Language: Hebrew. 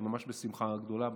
ממש בשמחה גדולה.